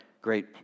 great